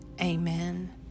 Amen